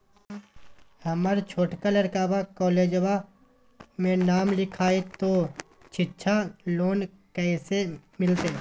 हमर छोटका लड़कवा कोलेजवा मे नाम लिखाई, तो सिच्छा लोन कैसे मिलते?